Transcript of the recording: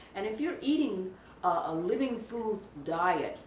and if you're eating a living foods diet,